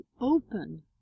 open